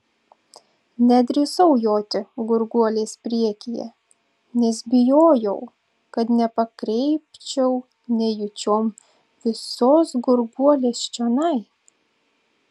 nedrįsau joti gurguolės priekyje nes bijojau kad nepakreipčiau nejučiom visos gurguolės čionai